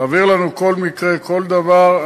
להעביר לנו כל מקרה וכל דבר.